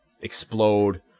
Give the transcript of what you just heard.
explode